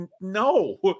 no